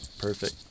perfect